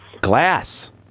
Glass